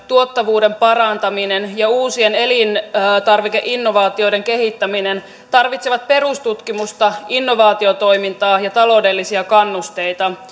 tuottavuuden parantaminen ja uusien elintarvikeinnovaatioiden kehittäminen tarvitsevat perustutkimusta innovaatiotoimintaa ja taloudellisia kannusteita